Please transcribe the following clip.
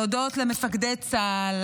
להודות למפקדי צה"ל,